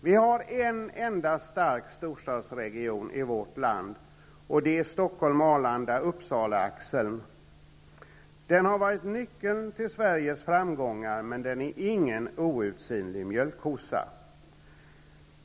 Vi har en enda stark storstadsregion i vårt land, och det är Stockholm--Arlanda--Uppsala-axeln. Den har varit nyckeln till Sveriges framgångar, men den är ingen outsinlig mjölkkossa.